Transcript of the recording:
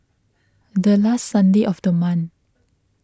the last Sunday of the month